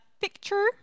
picture